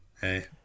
Hey